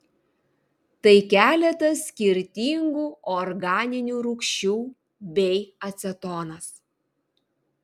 tai keletas skirtingų organinių rūgščių bei acetonas